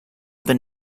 been